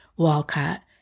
Walcott